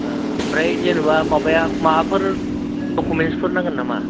ओ ओमफ्राय जेनेबा माबाया माबाफोर दकुमेन्ट्सफोर नांगोन नामा